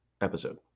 episode